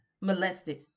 molested